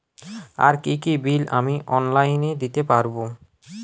আর কি কি বিল আমি অনলাইনে দিতে পারবো?